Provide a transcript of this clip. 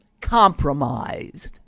compromised